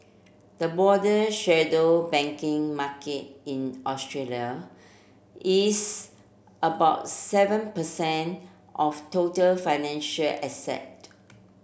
the broader shadow banking market in Australia is about seven per cent of total financial asset